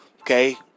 Okay